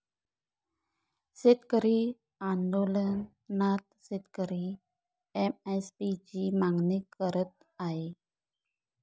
शेतकरी आंदोलनात शेतकरी एम.एस.पी ची मागणी करत आहे